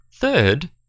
third